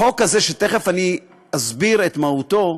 החוק הזה, שתכף אני אסביר את מהותו,